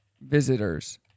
Visitors